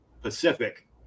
Pacific